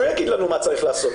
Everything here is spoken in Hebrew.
שהוא יגיד לנו מה צריך לעשות,